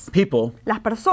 people